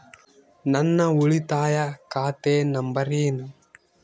ನನ್ನ ಉಳಿತಾಯ ಖಾತೆ ನಂಬರ್ ಏನು?